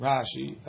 Rashi